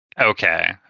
Okay